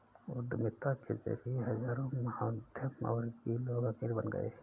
उद्यमिता के जरिए हजारों मध्यमवर्गीय लोग अमीर बन गए